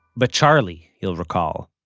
but, charlie, you'll recall,